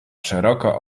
szeroko